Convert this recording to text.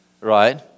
right